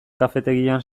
kafetegian